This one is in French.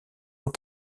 eaux